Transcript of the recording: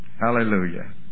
Hallelujah